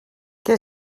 què